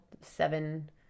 Seven